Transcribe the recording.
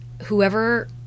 whoever